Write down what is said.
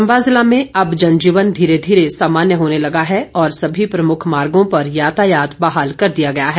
चम्बा जिला में अब जनजीवन धीरे धीरे सामान्य होने लगा है और सभी प्रमुख मार्गों पर यातायात बहाल कर दिया गया है